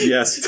Yes